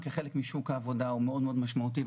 כי המגזר הציבורי הוא חלק מאוד משמעותי משוק העבודה,